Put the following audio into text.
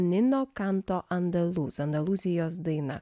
nino kanto andalūzija andalūzijos daina